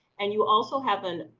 and you also have an,